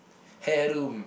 hair room